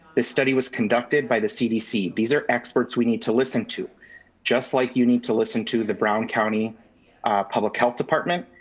this study was conducted by the cdc. these are experts we need to listen to just like you need to listen to the brown county public health department,